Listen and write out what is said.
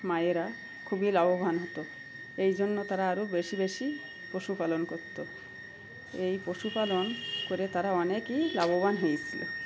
মায়েরা খুবই লাভবান হতো এই জন্য তারা আরও বেশি বেশি পশুপালন করতো এই পশুপালন করে তারা অনেকই লাভবান হয়েছিলো